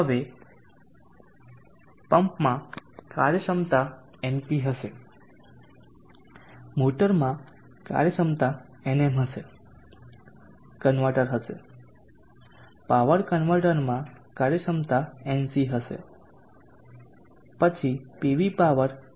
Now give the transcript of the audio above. હવે પંપમાં કાર્યક્ષમતા np હશે મોટરમાં કાર્યક્ષમતા nm હશે કન્વર્ટર હશે પાવર કન્વર્ટરમાં કાર્યક્ષમતા nc હશે પછી પીવી પાવર PPV શું છે